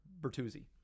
Bertuzzi